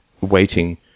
waiting